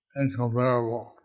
incomparable